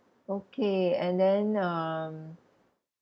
okay and then um